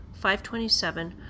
527